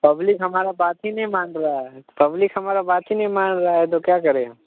public हमारी बात ही नहीं मान रही है पब्लिक हमारी बात ही नहीं मान रही है तो क्या करें हम